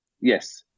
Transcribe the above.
Yes